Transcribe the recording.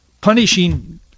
punishing